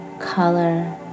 color